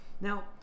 Now